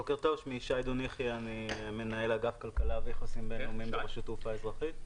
מנהל אגף כלכלה ויחסים בין-לאומיים ברשות התעופה האזרחית.